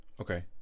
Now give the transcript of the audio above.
okay